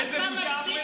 איזו בושה, אחמד?